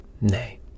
Nay